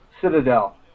Citadel